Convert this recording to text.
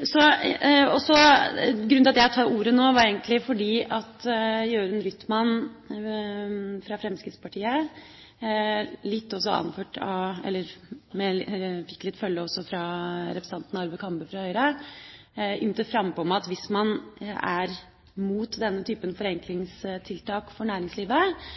Grunnen til at jeg tok ordet, var egentlig at Jørund Rytman, fra Fremskrittspartiet – som også fikk litt følge av representanten Arve Kambe, fra Høyre – ymtet frampå om at hvis man er mot denne typen forenklingstiltak for næringslivet,